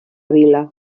vila